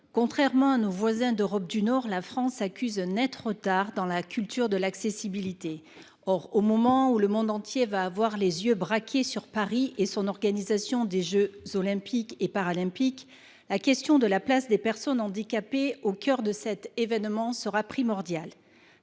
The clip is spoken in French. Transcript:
Contrairement à ses voisins d’Europe du Nord, la France accuse un net retard dans la culture de l’accessibilité. Or, au moment où le monde entier aura les yeux braqués sur Paris et son organisation des jeux Olympiques et Paralympiques, la question de la place des personnes handicapées au cœur de cet événement sera primordiale.